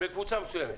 בקבוצה מסוימת.